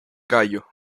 gallo